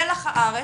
מלח הארץ,